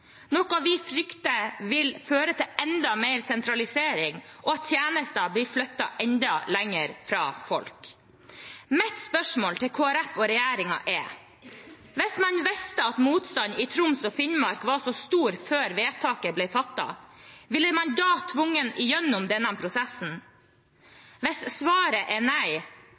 noe vi frykter vil føre til enda mer sentralisering og at tjenester blir flyttet enda lenger fra folk. Mitt spørsmål til Kristelig Folkeparti og regjeringen er: Hvis man visste at motstanden i Troms og Finnmark var så stor før vedtaket ble fattet, ville man da tvunget igjennom denne prosessen? Hvis svaret er nei,